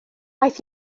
aeth